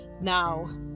Now